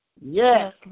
Yes